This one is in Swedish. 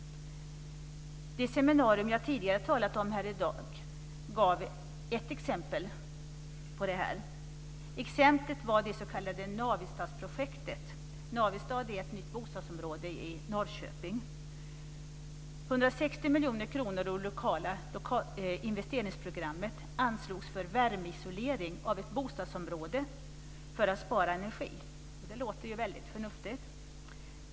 Det seminarium jag tidigare talat om här i dag gav ett exempel på detta. Exemplet var det s.k. Navestadsprojektet. Navestad är ett nytt bostadsområde i Norrköping. 160 miljoner kronor ur lokala investeringsprogrammet anslogs för värmeisolering av ett bostadsområde för att spara energi. Det låter ju förnuftigt.